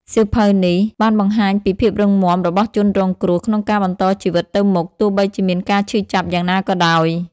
សៀវភៅនេះបានបង្ហាញពីភាពរឹងមាំរបស់ជនរងគ្រោះក្នុងការបន្តជីវិតទៅមុខ ទោះបីជាមានការឈឺចាប់យ៉ាងណាក៏ដោយ។